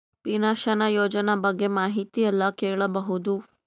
Pension ಯೋಜನ ಬಗ್ಗೆ ಮಾಹಿತಿ ಎಲ್ಲ ಕೇಳಬಹುದು?